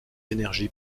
énergies